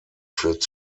führt